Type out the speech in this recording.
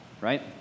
right